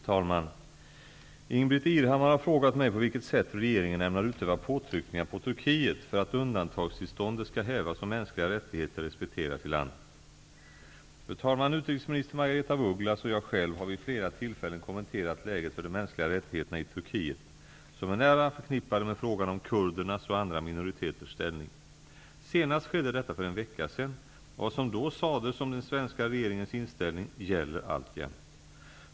Fru talman! Ingbritt Irhammar har frågat mig på vilket sätt regeringen ämnar utöva påtryckningar på Turkiet för att undantagstillståndet skall hävas och mänskliga rättigheter respekteras i landet. Fru talman! Utrikesminister Margaretha af Ugglas och jag själv har vid flera tillfällen kommenterat läget för de mänskliga rättigheterna i Turkiet, som är nära förknippade med frågan om kurdernas och andra minoriteters ställning. Senast skedde detta för en veckan sedan, och vad som då sades om den svenska regeringens inställning gäller alltjämt.